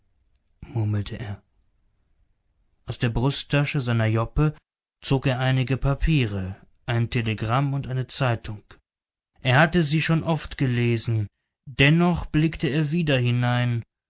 murmelte er aus der brusttasche seiner joppe zog er einige papiere ein telegramm und eine zeitung er hatte sie schon oft gelesen dennoch blickte er wieder hinein